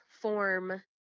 form